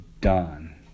done